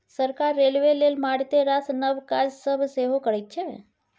सरकार रेलबे लेल मारिते रास नब काज सब सेहो करैत छै